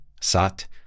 sat